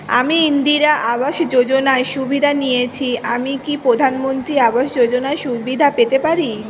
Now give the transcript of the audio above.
আমি ইন্দিরা আবাস যোজনার সুবিধা নেয়েছি আমি কি প্রধানমন্ত্রী আবাস যোজনা সুবিধা পেতে পারি?